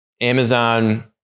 Amazon